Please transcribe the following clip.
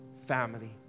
family